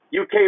UK